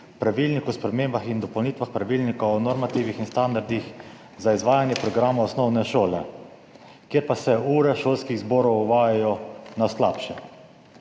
Pravilnik o spremembah in dopolnitvah Pravilnika o normativih in standardih za izvajanje programa osnovne šole, kjer pa se ure šolskih zborov spreminjajo na slabše.